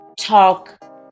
talk